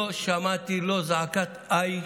לא שמעתי לא זעקת איי,